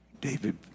David